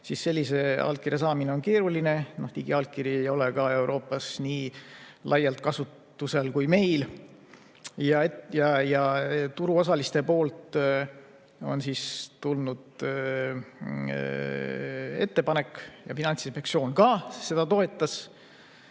siis on sellise allkirja saamine keeruline. Digiallkiri ei ole Euroopas ka nii laialt kasutusel kui meil. Turuosalistelt on tulnud ettepanek, Finantsinspektsioon ka seda toetas,